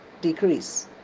decrease